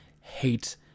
hate